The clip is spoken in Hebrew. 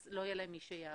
אז לא יהיה להם מי שיעבוד.